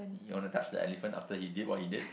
you wanna touch the elephant after he did what he did